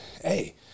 hey